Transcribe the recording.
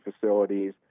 facilities